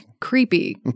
Creepy